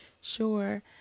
sure